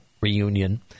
reunion